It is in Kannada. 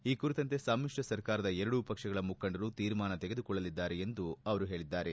ಈ ಕುರಿತಂತೆ ಸಮಿತ್ರ ಸರ್ಕಾರದ ಎರಡೂ ಪಕ್ಷಗಳ ಮುಖಂಡರು ತೀರ್ಮಾನ ತೆಗೆದುಕೊಳ್ಳಲಿದ್ದಾರೆ ಎಂದು ಅವರು ಹೇಳಿದ್ದಾರೆ